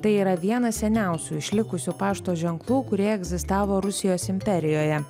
tai yra vienas seniausių išlikusių pašto ženklų kurie egzistavo rusijos imperijoje